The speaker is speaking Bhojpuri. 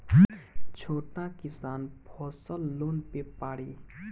छोटा किसान फसल लोन ले पारी?